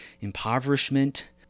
impoverishment